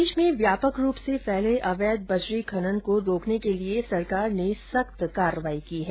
प्रदेश में व्यापक रूप से फैले अवैध बजरी खनन को रोकने के लिये सरकार ने सख्त कार्यवाही की है